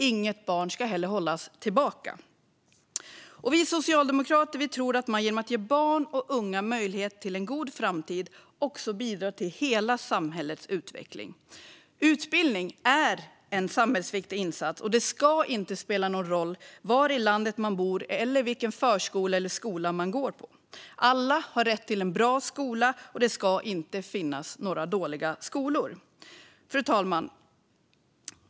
Inget barn ska heller hållas tillbaka. Vi socialdemokrater tror att man genom att ge barn och unga möjlighet till en god framtid också bidrar till hela samhällets utveckling. Utbildning är en samhällsviktig insats, och det ska inte spela någon roll var i landet man bor eller vilken förskola eller skola man går i. Alla har rätt till en bra skola, och det ska inte finnas några dåliga skolor. Fru talman!